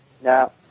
Now